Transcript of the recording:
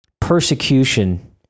persecution